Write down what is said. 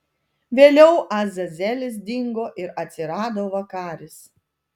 vėliau azazelis dingo ir atsirado vakaris